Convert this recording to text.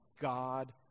God